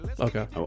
Okay